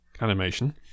animation